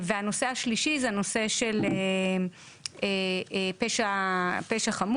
והנושא השלישי זה הנושא של פשע חמור.